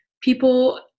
people